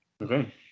Okay